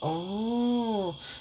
orh